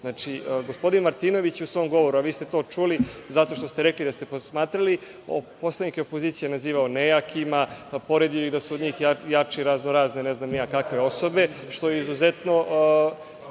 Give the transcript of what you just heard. slučaju. Gospodin Martinović je u svom govoru, a vi ste to čuli zato što ste rekli da ste posmatrali, poslanike opozicije nazivao nejakima, pa poredio da su od njih jači razno-razne, ne znam ni ja kakve osobe, što je izuzetno